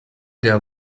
der